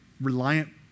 reliant